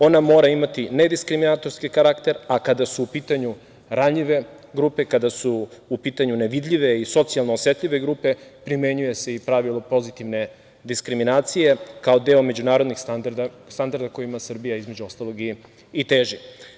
Ona mora imati nediskriminatorski karakter, a kada su u pitanju ranjive grupe, kada su u pitanju nevidljive i socijalno osetljive grupe, primenjuje se i pravilo pozitivne diskriminacije, kao deo međunarodnih standarda kojima Srbija, između ostalog, i teži.